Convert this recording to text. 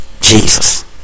Jesus